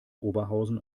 oberhausen